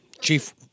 Chief